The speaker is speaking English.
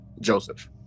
Joseph